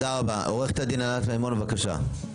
עורכת הדין ענת מימון, בבקשה.